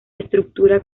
estructura